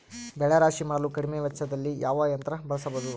ಬೆಳೆ ರಾಶಿ ಮಾಡಲು ಕಮ್ಮಿ ವೆಚ್ಚದಲ್ಲಿ ಯಾವ ಯಂತ್ರ ಬಳಸಬಹುದು?